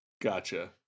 Gotcha